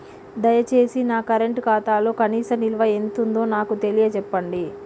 దయచేసి నా కరెంట్ ఖాతాలో కనీస నిల్వ ఎంతుందో నాకు తెలియచెప్పండి